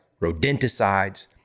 rodenticides